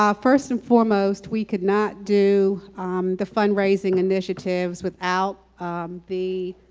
ah first and foremost we could not do the fundraising initiatives without the